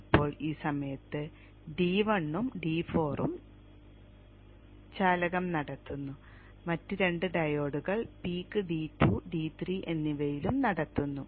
ഇപ്പോൾ ഈ സമയത്ത് D1 ഉം D4 ഉം ചാലകം നടത്തുന്നു മറ്റ് 2 ഡയോഡുകൾ പീക്ക് D2 D3 എന്നിവയിലും നടത്തുന്നു